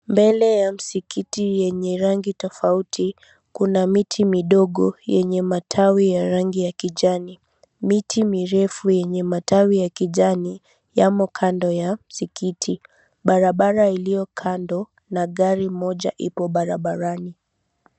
Mbele ya mskiti yenye rangi tofauti kuna mit midogo yenye matawi ya rangi ya kijani miti mirefu yenye matawi ya kijani yamo kando ya mskiti, barabara iliyo kando na gari moja iko barabarani.